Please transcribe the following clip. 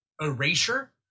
erasure